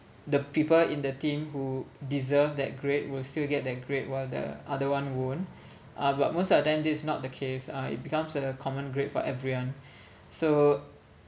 the people in the team who deserve that grade will still get that grade while the other one won't uh but most of the time this is not the case uh it becomes a common grade for everyone so